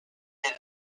série